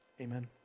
Amen